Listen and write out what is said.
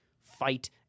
fight